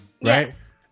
Yes